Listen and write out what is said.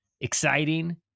exciting